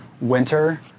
winter